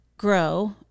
Grow